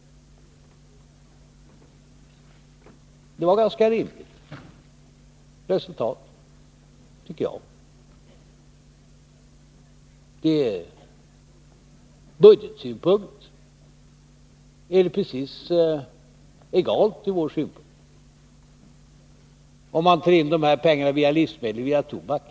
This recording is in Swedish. Det var ett ganska rimligt resultat tycker jag. Från budgetsynpunkt är det precis egalt, om man tar in dessa pengar via livsmedel eller via tobak.